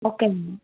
okay ma'am